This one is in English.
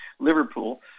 Liverpool